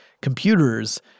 computers